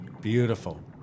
Beautiful